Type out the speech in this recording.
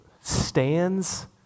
stands